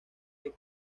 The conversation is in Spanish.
que